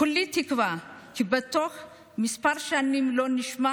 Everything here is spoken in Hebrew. כולי תקווה כי בתוך כמה שנים לא נשמע